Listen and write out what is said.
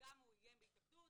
הוא גם איים בהתאבדות,